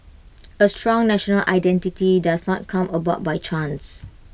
A strong national identity does not come about by chance